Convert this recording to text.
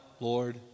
Lord